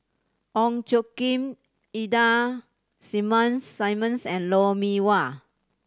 Ong Tjoe Kim Ida Simmons and Lou Mee Wah